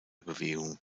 bewegung